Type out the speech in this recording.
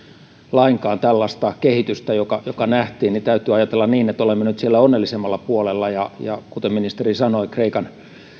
lainkaan tällaista kehitystä joka joka nähtiin niin täytyy ajatella niin että olemme nyt siellä onnellisemmalla puolella ja ja kuten ministeri sanoi kreikan